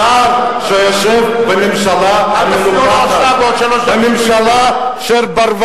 שר שיושב בממשלה המנופחת, אל תפריעו לו